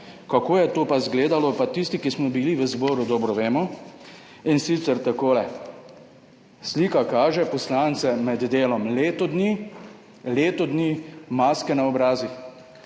Kako je to izgledalo pa tisti, ki smo bili v zboru, dobro vemo. In sicer takole. / pokaže zboru/ Slika kaže poslance med delom, leto dni maske na obrazih.